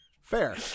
Fair